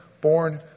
born